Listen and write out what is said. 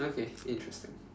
okay interesting